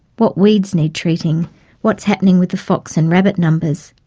what weeds need treating what's happening with ah fox and rabbit numbers.